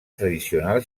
tradicional